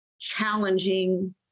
challenging